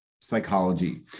psychology